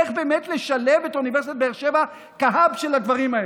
איך באמת לשלב את אוניברסיטת באר שבע כ-hub של הדברים האלה.